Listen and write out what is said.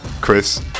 Chris